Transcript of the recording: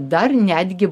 dar netgi